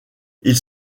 ils